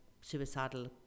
suicidal